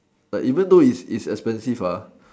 like even though it's it's expensive ah